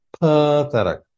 pathetic